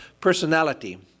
personality